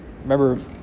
remember